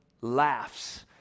laughs